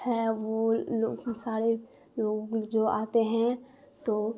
ہے وہ لوگ سارے لوگ جو آتے ہیں تو